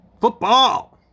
Football